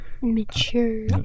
Mature